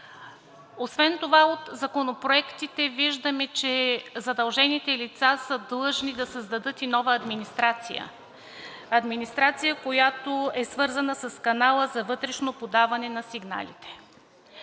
Освен това от законопроектите виждаме, че задължените лица са длъжни да създадат и нова администрация. Администрация, която е свързана с канала за вътрешно подаване на сигналите.